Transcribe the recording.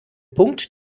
punkt